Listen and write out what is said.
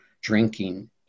drinking